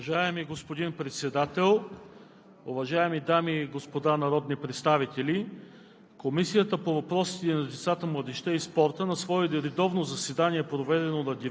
Уважаеми господин Председател, уважаеми дами и господа народни представители!